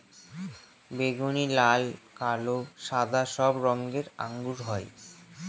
বেগুনি, লাল, কালো, সাদা সব রঙের আঙ্গুর হয়